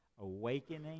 Awakening